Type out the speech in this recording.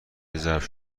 ظرف